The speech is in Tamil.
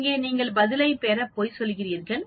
இங்கே நீங்கள் பதிலைப் பெற பொய் சொல்கிறீர்கள்